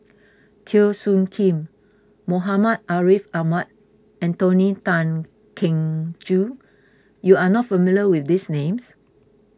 Teo Soon Kim Muhammad Ariff Ahmad and Tony Tan Keng Joo you are not familiar with these names